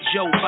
Joe